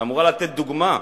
שאמורה לתת דוגמה,